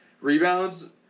Rebounds